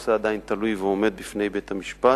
הנושא עדיין תלוי ועומד בפני בית-המשפט.